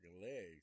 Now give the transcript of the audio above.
legs